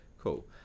cool